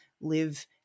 live